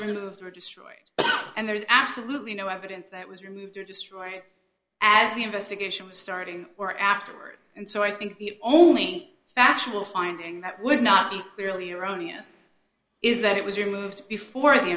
removed or do and there's absolutely no evidence that was removed or destroyed as the investigation was starting or afterwards and so i think the only factual finding that would not be clearly erroneous is that it was removed before the